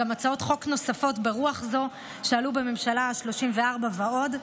והצעות חוק נוספות ברוח זו עלו בממשלה השלושים-וארבע ועוד,